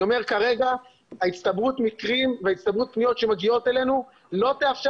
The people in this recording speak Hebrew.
אני אומר שכרגע הצטברות המקרים והצטברות הפניות שמגיעות אלינו לא תאפשר